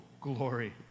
glory